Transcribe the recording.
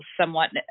somewhat